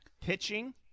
pitching